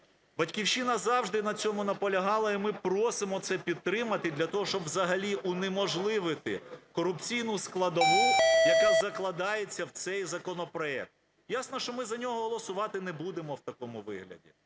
"Батьківщина" завжди на цьому наполягала і ми просимо це підтримати для того, щоб взагалі унеможливити корупційну складову, яка закладається в цей законопроект. Ясно, що ми за нього голосувати не будемо в такому вигляді.